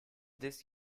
this